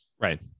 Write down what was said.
Right